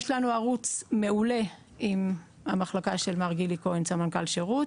יש לנו ערוץ מעולה עם המחלקה של מר גילי כהן סמנכ"ל שירות,